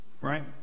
Right